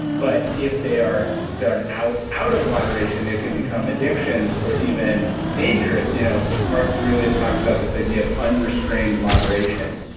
but if they are done out out of moderation, they can become addictions or even dangerous you know marcus aurelius talked about this idea of unrestrained moderation,